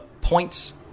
points